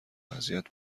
اذیت